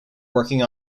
working